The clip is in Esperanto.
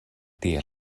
tiel